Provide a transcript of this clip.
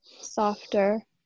Softer